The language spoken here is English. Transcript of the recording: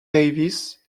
davis